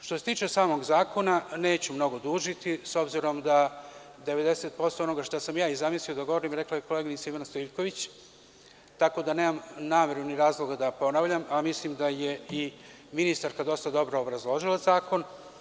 Što se tiče samog zakona, neću mnogo dužiti, s obzirom da 90% onoga što sam ja zamislio da govorim rekla je koleginica Ivana Stoiljković, tako da nemam nameru ni razloga da ponavljam, a mislim da je i ministarka dosta dobro obrazložila zakon.